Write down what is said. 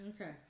Okay